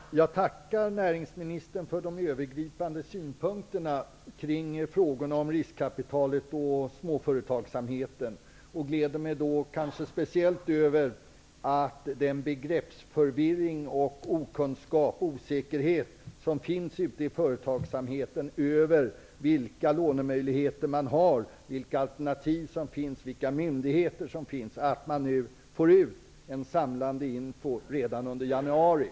Herr talman! Jag tackar näringsministern för de övergripande synpunkterna kring frågorna om riskkapitalet och småföretagsamheten. Jag gläder mig kanske speciellt över att den begreppsförvirring, okunskap och osäkerhet som finns ute inom företagsamheten över vilka lånemöjligheter man har, vilka alternativ som finns, vilka myndigheter som finns nu leder till en samlande information redan under januari.